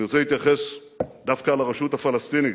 אני רוצה להתייחס דווקא לרשות הפלסטינית.